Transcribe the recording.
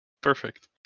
Perfect